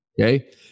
Okay